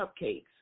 cupcakes